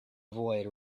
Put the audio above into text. avoid